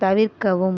தவிர்க்கவும்